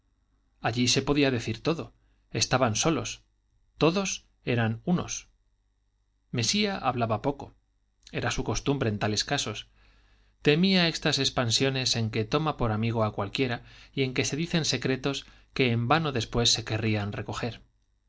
allí se podía decir todo estaban solos todos eran unos mesía hablaba poco era su costumbre en tales casos temía estas expansiones en que se toma por amigo a cualquiera y en que se dicen secretos que en vano después se querría recoger